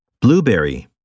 Blueberry